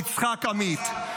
יצחק עמית.